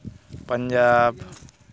Punjab